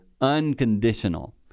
unconditional